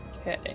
Okay